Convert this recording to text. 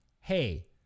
Hey